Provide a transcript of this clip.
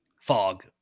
Fog